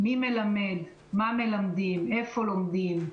מי מלמד, מה מלמדים, איפה לומדים,